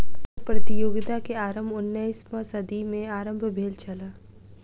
कर प्रतियोगिता के आरम्भ उन्नैसम सदी में आरम्भ भेल छल